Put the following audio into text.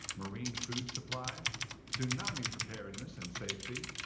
marine food supplies tsunami preparedness and safety,